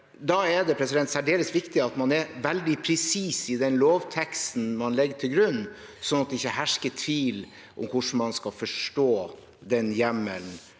Da er det særdeles viktig at man er veldig presis i den lovteksten man legger til grunn, sånn at det ikke hersker tvil om hvordan man skal forstå den hjemmelen